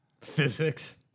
Physics